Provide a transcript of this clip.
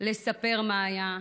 לספר מה היה,